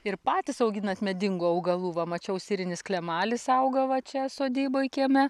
ir patys auginate medingų augalų va mačiau sirinis klemalis auga va čia sodyboj kieme